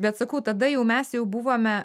bet sakau tada jau mes jau buvome